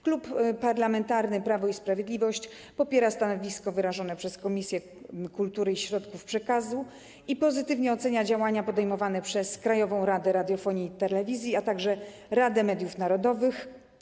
Klub Parlamentarny Prawo i Sprawiedliwość popiera stanowisko wyrażone przez Komisję Kultury i Środków Przekazu i pozytywnie ocenia działania podejmowane przez Krajową Radę Radiofonii i Telewizji, a także Radę Mediów Narodowych.